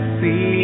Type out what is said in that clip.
see